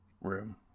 room